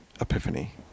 Epiphany